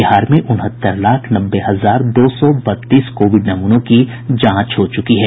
बिहार में उनहत्तर लाख नब्बे हजार दो सौ बत्तीस कोविड नमूनों की जांच हो चुकी है